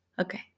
Okay